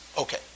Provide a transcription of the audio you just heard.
Okay